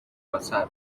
وسط